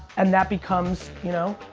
and that becomes, you know